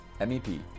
MEP